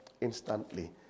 instantly